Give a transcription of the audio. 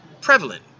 prevalent